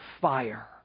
fire